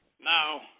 Now